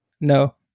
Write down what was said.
No